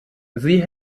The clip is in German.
sie